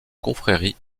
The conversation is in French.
confrérie